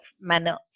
manner